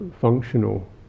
functional